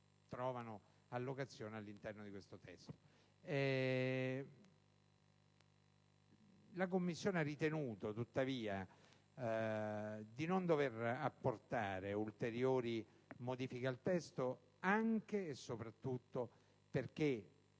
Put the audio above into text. La Commissione ha ritenuto tuttavia di non dover apportare ulteriori modifiche al testo, anche e soprattutto perché